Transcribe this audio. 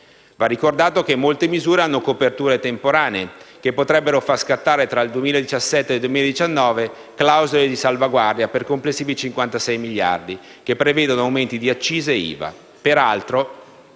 Va ricordato che molte misure hanno coperture temporanee che potrebbero far scattare tra il 2017 e il 2019 clausole di salvaguardia per complessivi 56 miliardi, con aumenti di accise e IVA.